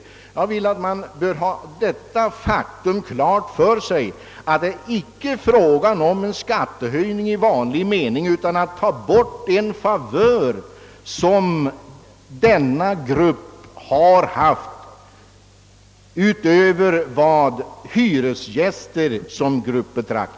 Detta faktum skall man ha klart för sig. Det är alltså inte här fråga om en skattehöjning i vanlig mening, utan om att ta bort en favör som villaägarna men inte vanliga hyresgäster haft.